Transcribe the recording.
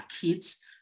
kids